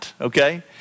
okay